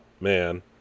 man